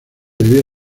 debía